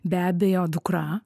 be abejo dukra